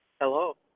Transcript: Hello